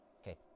Okay